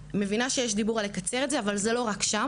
מבינה שיש דיבור על לקצר את זה אבל זה לא רק שם.